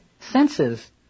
senses